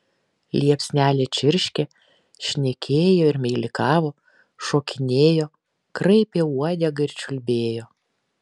liepsnelė čirškė šnekėjo ir meilikavo šokinėjo kraipė uodegą ir čiulbėjo